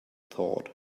thought